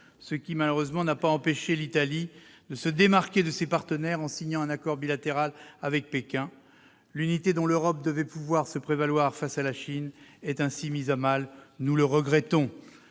ce qui n'a malheureusement pas empêché l'Italie de se démarquer de ses partenaires en signant un accord bilatéral avec Pékin. L'unité dont l'Europe devrait pouvoir se prévaloir face à la Chine est mise à mal. Nous le regrettons.